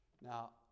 Now